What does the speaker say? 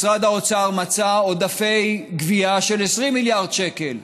משרד האוצר מצא עודפי גבייה של 20 מיליארד שקל.